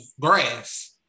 grass